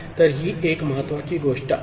तर ही एक महत्वाची गोष्ट आहे